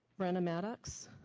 brenda maddox,